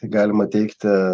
galima teigti